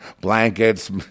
blankets